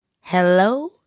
Hello